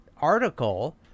article